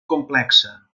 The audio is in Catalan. complexa